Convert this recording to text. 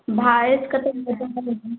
भैंस का तो